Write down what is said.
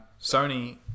Sony